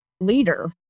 leader